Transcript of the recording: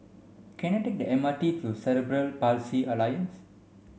can I take the M R T to Cerebral Palsy Alliance